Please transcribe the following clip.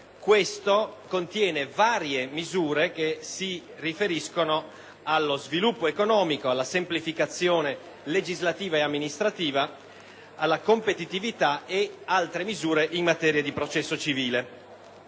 questo contiene varie misure che si riferiscono allo sviluppo economico, alla semplificazione legislativa ed amministrativa, alla competitività, nonché altre misure in materia di processo civile.